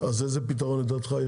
אז איזה פתרון יש לזה, לדעתך?